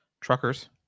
truckers